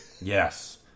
Yes